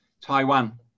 Taiwan